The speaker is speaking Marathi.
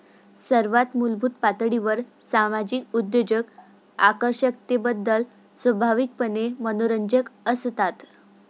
सर्वात मूलभूत पातळीवर सामाजिक उद्योजक आकर्षकतेबद्दल स्वाभाविकपणे मनोरंजक असतात